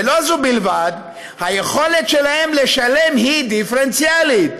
ולא זו בלבד, היכולת שלהם לשלם היא דיפרנציאלית.